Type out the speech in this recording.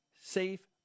safe